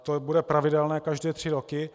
To bude pravidelné každé tři roky.